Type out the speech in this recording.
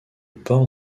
port